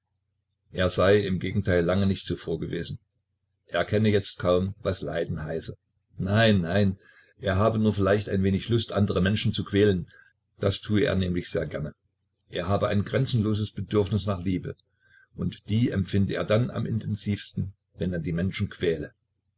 er sei im gegenteil lange nicht so froh gewesen er kenne jetzt kaum was leiden heiße nein nein er habe nur vielleicht ein wenig lust andere menschen zu quälen das tue er nämlich sehr gerne er habe ein grenzenloses bedürfnis nach liebe und die empfinde er dann am intensivsten wenn er die menschen quäle